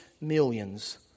millions